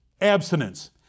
abstinence